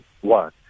One